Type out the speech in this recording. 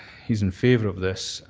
he's in favour of this,